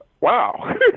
Wow